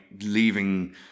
leaving